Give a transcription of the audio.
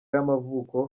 y’amavuko